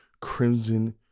Crimson